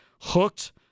hooked